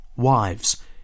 wives